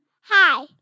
Hi